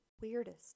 weirdest